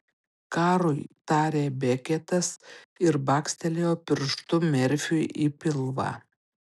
karui tarė beketas ir bakstelėjo pirštu merfiui į pilvą